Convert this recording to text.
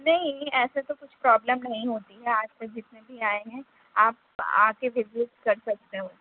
نہیں نہیں ایسے تو کچھ پرابلم نہیں ہوتی ہے آج تک جتنے بھی آئے ہیں آپ آ کے وزٹ کر سکتے ہوں